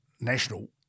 national